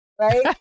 Right